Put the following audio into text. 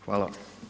Hvala.